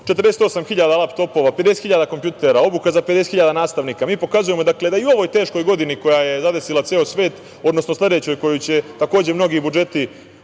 48.000 laptopova, 50.000 kompjutera, obuka za 50.000 nastavnika. Mi pokazujemo da i u ovoj teškoj godini koja je zadesila ceo svet, odnosno sledećoj, u kojoj će mnogi budžeti